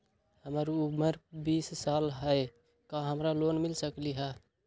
हमर उमर बीस साल हाय का हमरा लोन मिल सकली ह?